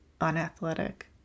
unathletic